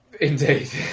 Indeed